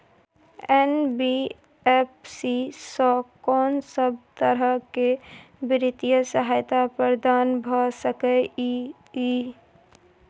NBFC स कोन सब तरह के वित्तीय सहायता प्रदान भ सके इ? इ